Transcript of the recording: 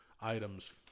items